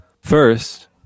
first